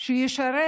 שישרת